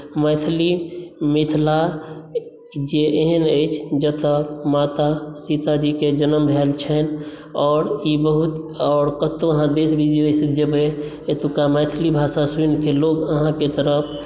मैथिली मिथिला जे एहन अछि जतय माता सीताजीके जन्म भेल छनि आओर ई बहुत आओर कतहु अहाँ देश विदेशमे जेबै एतुका मैथिली भाषा सुनिके लोक अहाँके तरफ